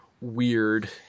weird